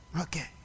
okay